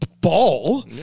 ball